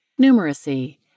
Numeracy